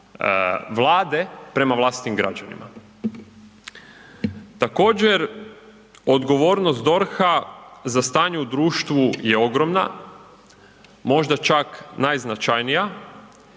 Vlade prema vlastitim građanima. Također odgovornost DORH-a za stanje u društvu je ogromna, možda čak najznačajnija